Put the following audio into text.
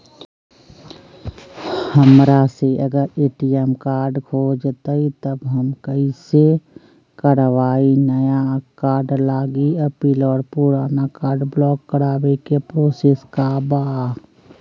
हमरा से अगर ए.टी.एम कार्ड खो जतई तब हम कईसे करवाई नया कार्ड लागी अपील और पुराना कार्ड ब्लॉक करावे के प्रोसेस का बा?